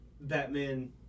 Batman